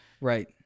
Right